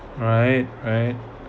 right alright